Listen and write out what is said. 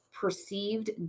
perceived